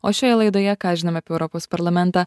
o šioje laidoje ką žinome apie europos parlamentą